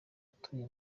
atuye